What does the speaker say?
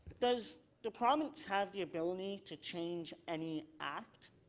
does the province have the ability to change any act